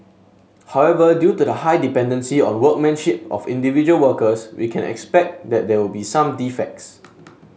however due to the high dependency on workmanship of individual workers we can expect that there will be some defects